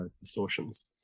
distortions